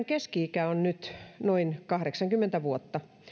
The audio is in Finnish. keski ikä on nyt noin kahdeksankymmentä vuotta